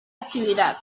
actividad